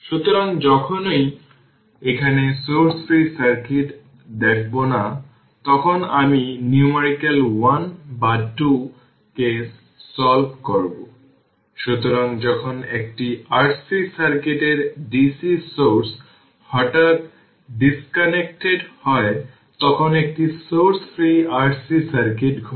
সুতরাং যখনই এখানে সোর্স ফ্রি সার্কিট দেখব না তখন আমি নিউমারিকেল 1 বা 2 কেস সল্ভ করব সুতরাং যখন একটি RC সার্কিটের dc সোর্স হঠাৎ ডিসকানেক্টেড হয় তখন একটি সোর্স ফ্রি RC সার্কিট ঘটে